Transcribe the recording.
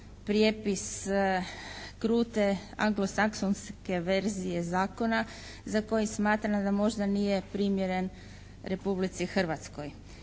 prijepis krute anglosaksonske verzije zakona za koji smatram da možda nije primjeren Republici Hrvatskoj.